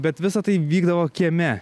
bet visa tai vykdavo kieme